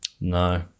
No